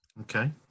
okay